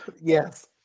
yes